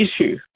issue